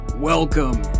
Welcome